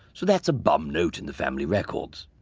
so that's a bum note in the family records.